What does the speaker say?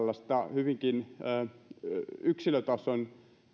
hyvinkin tällaista yksilötason